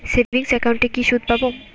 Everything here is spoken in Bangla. সেভিংস একাউন্টে কি সুদ পাব?